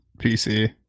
PC